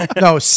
No